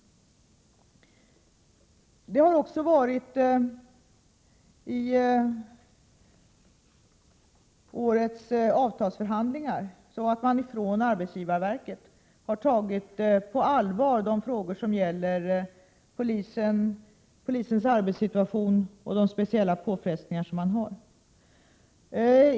I årets avtalsförhandlingar har man från arbetsgivarverket tagit de frågor som gäller polisens arbetssituation och speciella påfrestningar på allvar.